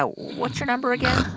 ah what's your number again?